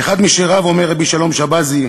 באחד משיריו אומר רבי שלום שבזי: